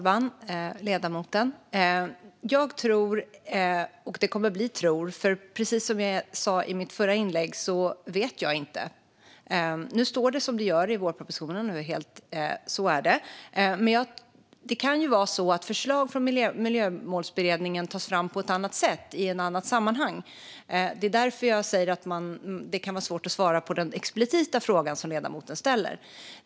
Fru talman! Jag kommer att säga vad jag tror, för som jag sa i mitt förra inlägg vet jag inte. Nu står det som det gör i vårpropositionen, men det kan ju vara så att förslag från Miljömålsberedningen tas fram på ett annat sätt, i ett annat sammanhang. Det är därför jag säger att det kan vara svårt att svara på den explicita fråga som ledamoten ställer.